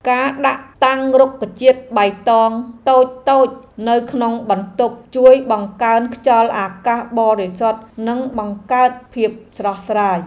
ការដាក់តាំងរុក្ខជាតិបៃតងតូចៗនៅក្នុងបន្ទប់ជួយបង្កើនខ្យល់អាកាសបរិសុទ្ធនិងបង្កើតភាពស្រស់ស្រាយ។